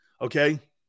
Okay